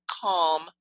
calm